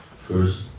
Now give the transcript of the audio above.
first